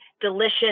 delicious